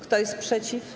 Kto jest przeciw?